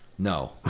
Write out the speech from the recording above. no